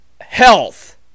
health